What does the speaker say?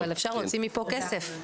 אבל אפשר להוציא מפה כסף.